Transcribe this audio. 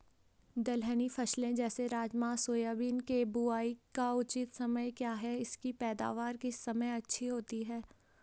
दलहनी फसलें जैसे राजमा सोयाबीन के बुआई का उचित समय क्या है इसकी पैदावार किस समय अच्छी होती है?